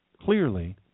clearly